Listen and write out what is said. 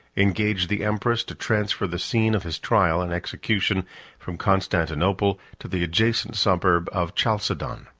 engaged the empress to transfer the scene of his trial and execution from constantinople to the adjacent suburb of chalcedon.